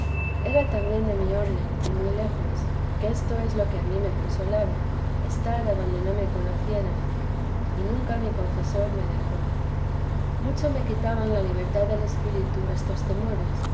era también de mi orden y muy lejos que esto es lo que a mí me consolara estar adonde no me conocieran y nunca mi confesor me dejó mucho me quitaban la libertad del espíritu estos temores